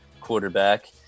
quarterback